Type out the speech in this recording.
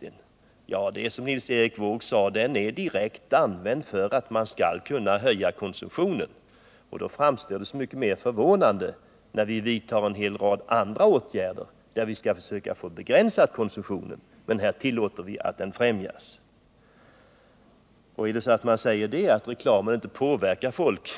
Den är, som Nils Erik Wååg sade, direkt använd för att man skall kunna höja konsumtionen. Då framstår det som så mycket mer förvånande att vi tillåter att konsumtionen främjas medan vi vidtar en rad andra åtgärder för att försöka begränsa den. Om reklamen inte, som det sägs, påverkar folk,